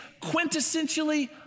quintessentially